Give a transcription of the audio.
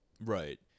Right